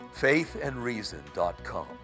faithandreason.com